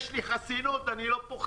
יש לי חסינות, אני לא פוחד